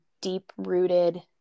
deep-rooted